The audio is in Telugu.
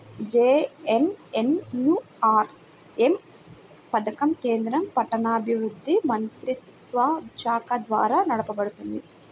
జేఎన్ఎన్యూఆర్ఎమ్ పథకం కేంద్ర పట్టణాభివృద్ధి మంత్రిత్వశాఖ ద్వారా నడపబడుతున్నది